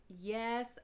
yes